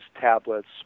tablets